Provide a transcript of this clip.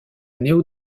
néo